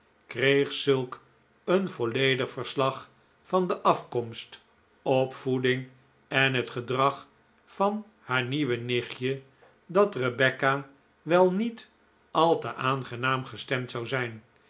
kreeg zulk een volledig verslag van de af komst opvoeding en het gedrag van haar nieuwe nichtje dat rebecca wel niet al te aangenaam gestemd zou zijn